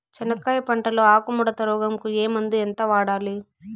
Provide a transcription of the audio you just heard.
చెనక్కాయ పంట లో ఆకు ముడత రోగం కు ఏ మందు ఎంత వాడాలి?